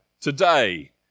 today